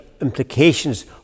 implications